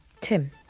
Tim